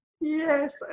Yes